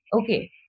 okay